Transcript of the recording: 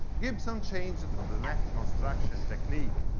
gibson changed the neck construction technique,